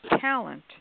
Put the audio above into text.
talent